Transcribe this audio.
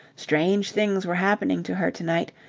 strange things were happening to her to-night,